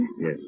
Yes